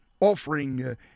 offering